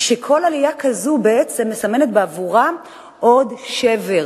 כל עלייה כזאת מסמנת בעבורם עוד שבר,